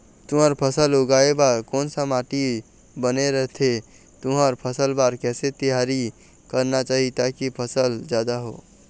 तुंहर फसल उगाए बार कोन सा माटी बने रथे तुंहर फसल बार कैसे तियारी करना चाही ताकि फसल जादा हो?